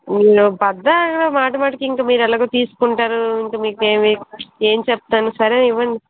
పద్దా మాటిమాటికి ఇంక మీరు ఎలాగో తీసుకుంటారు ఇంక మీకేమీ ఏం చెప్తాను సరే ఇవ్వండి